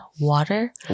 water